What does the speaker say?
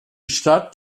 stadt